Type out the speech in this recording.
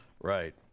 Right